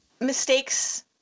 mistakes